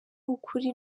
ukuri